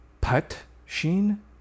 Put-sheen